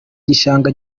gishanga